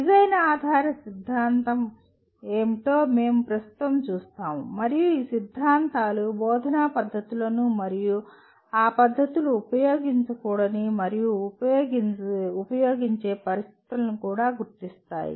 design ఆధారిత సిద్ధాంతం ఏమిటో మేము ప్రస్తుతం చూస్తాము మరియు ఈ సిద్ధాంతాలు బోధనా పద్ధతులను మరియు ఆ పద్ధతులు ఉపయోగించకూడని మరియు ఉపయోగించకూడని పరిస్థితులను కూడా గుర్తిస్తాయి